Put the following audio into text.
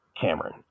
Cameron